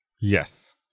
Yes